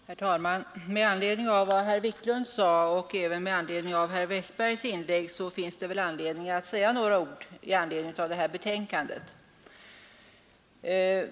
Herr talman! Med anledning av vad herr Wiklund i Stockholm sade och även med anledning av herr Westbergs inlägg vill jag säga några ord om det här betänkandet.